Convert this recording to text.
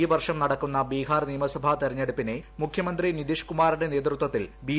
ഈ വർഷം നടക്കുന്ന ബീഹാർ നിയമസഭാ തിരഞ്ഞെടുപ്പിനെ മുഖ്യമന്ത്രി നിതീഷ് കുമാറിന്റെ നേതൃത്വത്തിൽ ബി